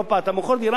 אתה משלם מס.